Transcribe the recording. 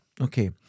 Okay